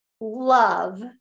love